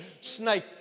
Snake